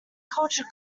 culture